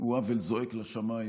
הוא עוול זועק לשמיים.